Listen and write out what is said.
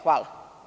Hvala.